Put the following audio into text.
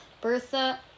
Bertha